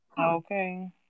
Okay